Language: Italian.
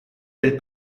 del